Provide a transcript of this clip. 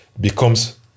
becomes